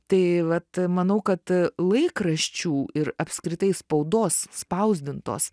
tai vat manau kad laikraščių ir apskritai spaudos spausdintos